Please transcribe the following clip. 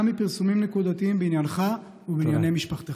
מפרסומים נקודתיים בעניינך או בעניין משפחתך".